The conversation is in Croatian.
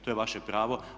To je vaše pravo.